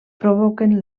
provoquen